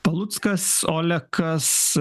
paluckas olekas